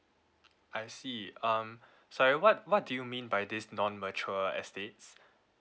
I see um sorry what what do you mean by this non mature estates